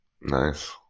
Nice